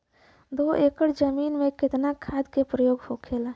दो एकड़ जमीन में कितना खाद के प्रयोग होखेला?